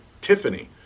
Tiffany